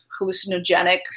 hallucinogenic